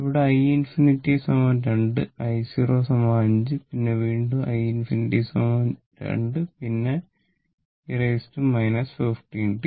ഇവിടെ i ∞ 2 i0 5 പിന്നെ വീണ്ടും i ∞ 2 പിന്നെ e 15 t